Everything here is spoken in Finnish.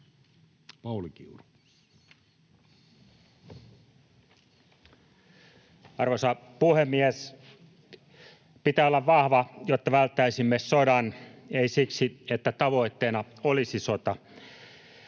Arvoisa puhemies! Pitää olla vahva, jotta välttäisimme sodan, ei siksi, että tavoitteena olisi sota.